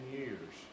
years